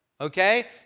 Okay